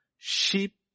Sheep